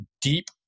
deep